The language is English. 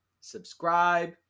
subscribe